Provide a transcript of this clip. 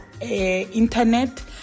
Internet